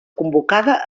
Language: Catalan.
convocada